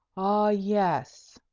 ah, yes,